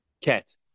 Cat